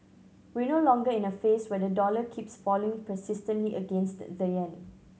we're no longer in a phase where the dollar keeps falling persistently against the yen